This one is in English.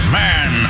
man